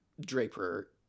Draper